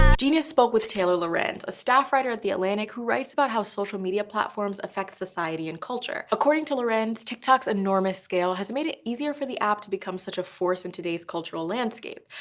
genius spoke with taylor lorenz, a staff writer at the atlantic who writes about how social media platforms affect society and culture. tia according to lorenz, tiktok's enormous scale has made it easier for the app to become such a force in today's cultural landscape.